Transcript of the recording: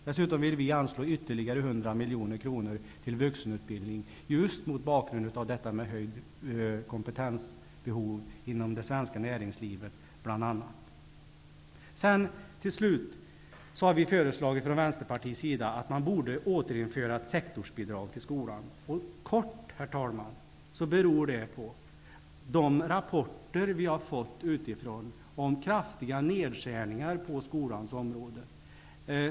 Dessutom vill vi anslå ytterligare 100 miljoner kronor till vuxenutbildning, just mot bakgrund av behovet av en höjning av kompetensen inom bl.a. det svenska näringslivet. Till slut har vi från Vänsterpartiet föreslagit att man borde återinföra ett sektorsbidrag till skolan. Det beror kortfattat på de rapporter som vi har fått utifrån om kraftiga nedskärningar på skolans område.